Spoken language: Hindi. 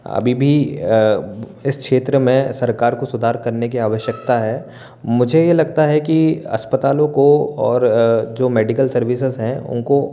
अभी भी इस क्षेत्र में सरकार को सुधार करने की आवश्यकता है मुझे ये लगता है कि अस्पतालों को और जो मेडिकल सर्विसेज़ हैं उनको